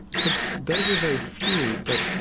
so those are very few, but